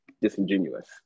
disingenuous